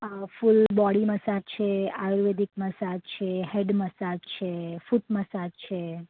આ full body massage છે ayurvedic massage છે હેડ મસાજ છે ફૂટ મસાજ છે